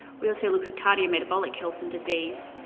we also look at cardiometabolic health and diseases,